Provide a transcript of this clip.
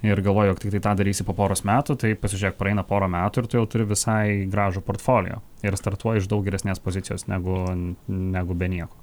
ir galvoji jog tiktai tą darysi po poros metų tai pasižiūrėk praeina porą metų ir tu jau turi visai gražų portfolio ir startuoji iš daug geresnės pozicijos negu negu be nieko